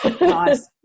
nice